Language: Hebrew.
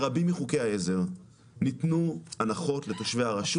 ברבים מחוקי העזר ניתנו הנחות לתושבי הרשות.